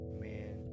man